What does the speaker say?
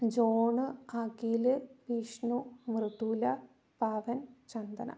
John Akhil Vishnu Mridula Pavan Chandana